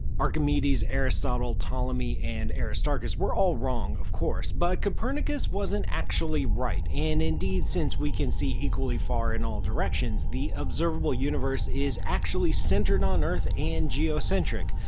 archimedes, aristotle, ptolemy and aristarchus were all wrong of course, but copernicus wasn't actually right, and indeed since we can see equally far in all directions, the observable universe is actually centered on earth and geocentric.